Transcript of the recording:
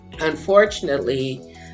Unfortunately